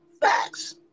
Facts